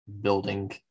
building